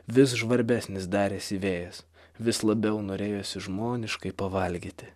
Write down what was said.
vis žvarbesnis darėsi vėjas vis labiau norėjosi žmoniškai pavalgyti